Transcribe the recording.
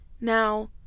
Now